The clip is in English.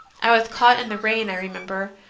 i was caught in the rain, i remember,